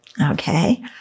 Okay